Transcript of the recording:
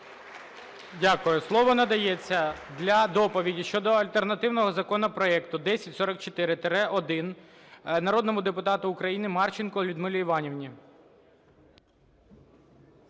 Дякую. Слово надається для доповіді щодо альтернативного законопроекту 1044-1 народному депутату України Марченко Людмилі Іванівні.